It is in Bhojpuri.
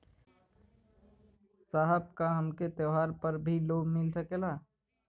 साहब का हमके त्योहार पर भी लों मिल सकेला?